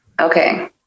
Okay